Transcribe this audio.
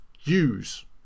use